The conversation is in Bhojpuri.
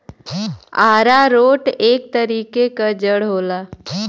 आरारोट एक तरीके क जड़ होला